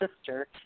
sister